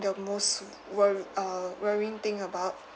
the most worr~ uh worrying thing about